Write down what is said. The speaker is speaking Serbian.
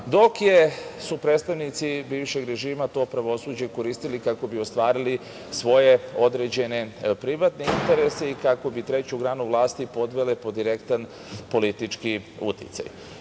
dok su predstavnici bivšeg režima to pravosuđe koristili kako bi ostvarili svoje određene privatne interese i kako bi treću granu vlasti podvele pod direktan politički uticaj. Zato